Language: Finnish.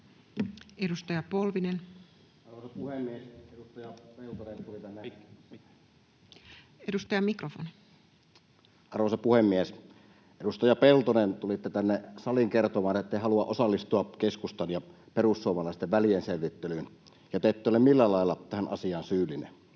Kipuraja ylitetty - autoilun elvytyspaketti! Time: 19:37 Content: Arvoisa puhemies! Edustaja Peltonen, tulitte tänne saliin kertomaan, ettette halua osallistua keskustan ja perussuomalaisten välienselvittelyyn ja ettette ole millään lailla tähän asiaan syyllinen.